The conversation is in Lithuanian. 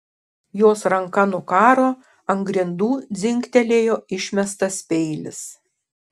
jos ranka nukaro ant grindų dzingtelėjo išmestas peilis